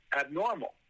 abnormal